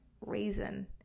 reason